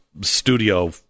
studio